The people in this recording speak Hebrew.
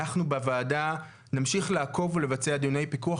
אנחנו בוועדה נמשיך לעקוב ולבצע דיוני פיקוח,